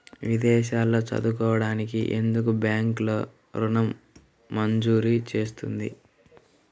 విదేశాల్లో చదువుకోవడానికి ఎందుకు బ్యాంక్లలో ఋణం మంజూరు చేస్తుంది?